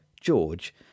George